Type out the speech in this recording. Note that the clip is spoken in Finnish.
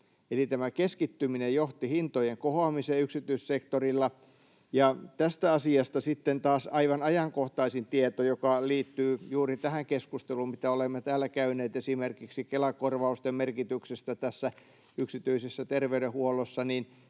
Eli tämä keskittyminen johti hintojen kohoamiseen yksityissektorilla. Ja tästä asiasta sitten taas aivan ajankohtaisin tieto, joka liittyy juuri tähän keskusteluun, mitä olemme täällä käyneet esimerkiksi Kela-korvausten merkityksestä tässä yksityisessä terveydenhuollossa,